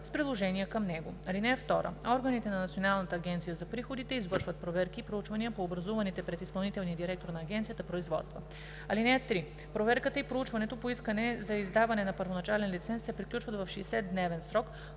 с приложения към него. (2) Органите на Националната агенция за приходите извършват проверки и проучвания по образуваните пред изпълнителния директор на агенцията производства. (3) Проверката и проучването по искане за издаване на първоначален лиценз се приключват в 60-дневен срок